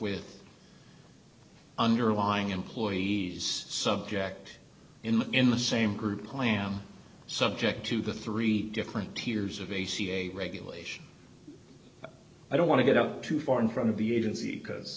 with underlying employees subject in in the same group plan subject to the three different tiers of a ca regulation i don't want to get up too far in front of the agency because